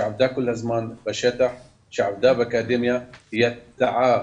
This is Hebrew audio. שעבדה כל הזמן בשטח, שעבדה באקדמיה, היא ידעה